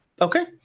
Okay